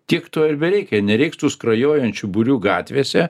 tik to ir bereikia nereiks tų skrajojančių būrių gatvėse